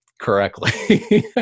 correctly